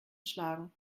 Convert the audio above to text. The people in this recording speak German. schlagen